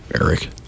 Eric